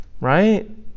Right